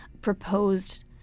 proposed